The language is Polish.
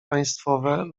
państwowe